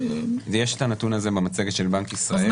ויש את הנתון הזה במצגת של בנק ישראל.